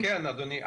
כן אדוני,